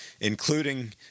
including